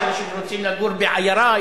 יש אנשים שרוצים לגור בעיירה,